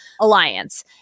alliance